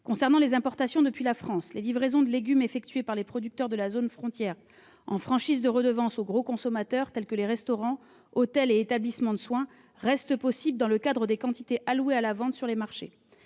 concerne les importations depuis la France, les livraisons de légumes effectuées par les producteurs de la zone frontière en franchise de redevances aux gros consommateurs, tels que les restaurants, hôtels et établissements de soins, restent possibles, dans le cadre des quantités allouées à la vente sur les marchés.